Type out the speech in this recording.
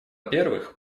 первых